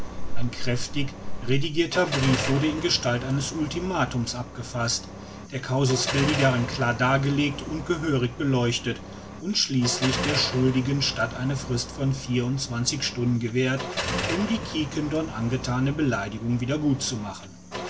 ein kräftig redigirter brief wurde in gestalt eines ultimatums abgefaßt der casus belli darin klar dargelegt und gehörig beleuchtet und schließlich der schuldigen stadt eine frist von vierundzwanzig stunden gewährt um die quiquendone angethane beleidigung